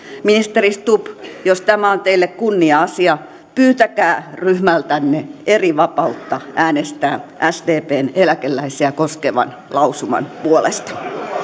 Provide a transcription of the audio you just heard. ministeri stubb jos tämä on teille kunnia asia pyytäkää ryhmältänne erivapautta äänestää sdpn eläkeläisiä koskevan lausuman puolesta